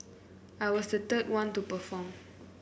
I was the third one to perform